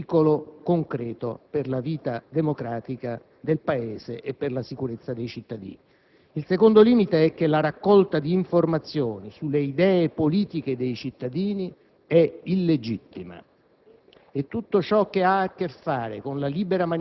rappresentano un pericolo concreto per la vita democratica del Paese e per la sicurezza dei cittadini. Il secondo limite è che la raccolta di informazioni sulle idee politiche dei cittadini è illegittima